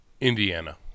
Indiana